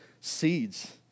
seeds